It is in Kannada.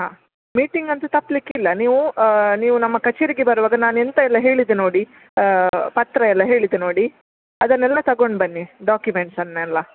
ಹಾಂ ಮೀಟಿಂಗ್ ಅಂತು ತಪ್ಲಿಕೆ ಇಲ್ಲ ನೀವು ನೀವು ನಮ್ಮ ಕಛೇರಿಗೆ ಬರುವಾಗ ನಾನು ಎಂತ ಎಲ್ಲ ಹೇಳಿದೆ ನೋಡಿ ಪತ್ರ ಎಲ್ಲ ಹೇಳಿದೆ ನೋಡಿ ಅದನ್ನೆಲ್ಲ ತಗೊಂಡು ಬನ್ನಿ ಡಾಕ್ಯುಮೆಂಟ್ಸನ್ನೆಲ್ಲ